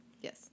Yes